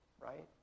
right